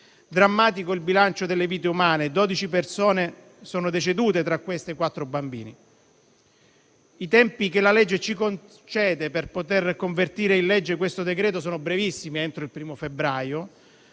Drammatico è il bilancio delle vite umane: dodici persone sono decedute, tra cui quattro bambini. I tempi che la legge ci concede per poter convertire in legge questo decreto-legge sono brevissimi (entro il 1° febbraio).